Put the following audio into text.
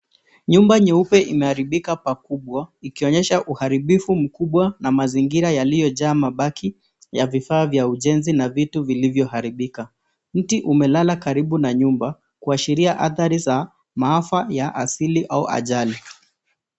Nyumba nyeupe imeharibika pakubwa ikionyesha uharibifu mkubwa na mazingira yaliyojaa mabaki ya vifaa vya ujenzi na vitu vilivyoharibika. Mti umelala karibu na nyumba kuashiria athari za maafa ya asili au ajali.